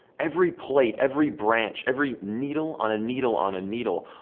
every plate, every branch, every needle on a needle on a needle,